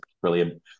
brilliant